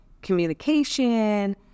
communication